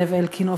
זאב אלקין,